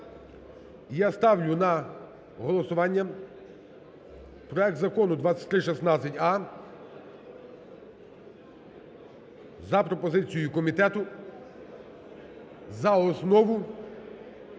Я ставлю на голосування проект Закону 2316а за пропозицією комітету за основу